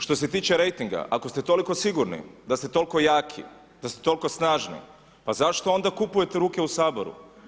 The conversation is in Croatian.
Što se tiče rejtinga, ako ste toliko sigurni da ste tol'ko jaki, da ste tol'ko snažni, pa zašto onda kupujete ruke u Saboru?